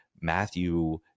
matthew